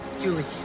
Julie